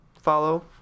follow